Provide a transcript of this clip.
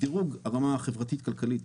דירוג הרמה החברתית הכלכלית,